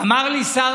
אמר לי היום שר